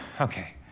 Okay